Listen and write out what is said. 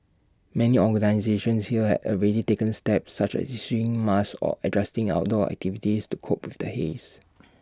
many organisations here have already taken steps such as issuing masks or adjusting outdoor activities to cope with the haze